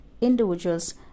individuals